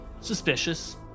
suspicious